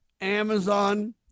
Amazon